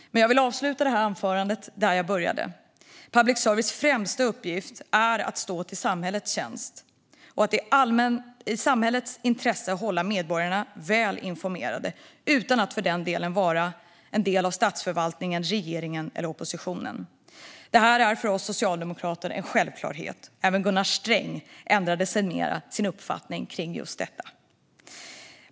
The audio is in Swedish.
Men jag vill avsluta detta anförande där jag började. Public services främsta uppgift är att stå till samhällets tjänst och att i samhällets intresse hålla medborgarna väl informerade utan att för den delen vara en del av statsförvaltningen, regeringen eller oppositionen. Detta är för oss socialdemokrater en självklarhet. Även Gunnar Sträng ändrade sedermera sin uppfattning kring just det.